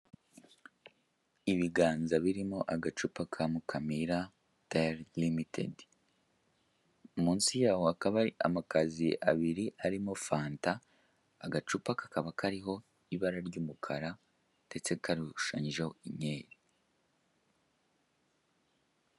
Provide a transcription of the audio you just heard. Ibiganza birimo agacupa ka mukamira dayari limitedi munsi yaho hakaba hari amakaziye abiri arimo fanta, agacupa kakaba kariho ibara ry'umukara ndetse gashushanyijeho imyeru.